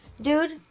Dude